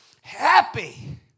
Happy